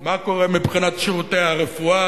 מה קורה מבחינת שירותי הרפואה,